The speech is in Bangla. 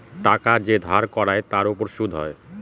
টাকা যে ধার করায় তার উপর সুদ হয়